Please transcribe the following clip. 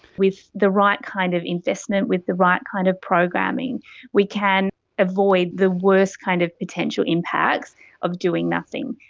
with the right kind of investment, with the right kind of programming we can avoid the worst kind of potential impacts of doing nothing.